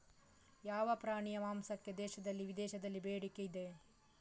ಯಾವ ಪ್ರಾಣಿಯ ಮಾಂಸಕ್ಕೆ ದೇಶದಲ್ಲಿ ವಿದೇಶದಲ್ಲಿ ಬೇಡಿಕೆ ಇದೆ?